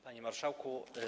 Panie Marszałku!